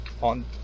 on